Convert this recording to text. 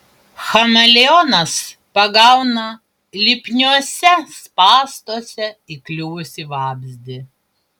chameleonas pagauna lipniuose spąstuose įkliuvusį vabzdį